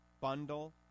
Bundle